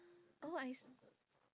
oh I